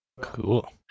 Cool